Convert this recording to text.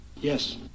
Yes